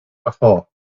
before